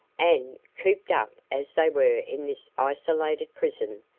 and, cooped up as they were in this isolated prison,